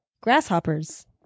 Grasshoppers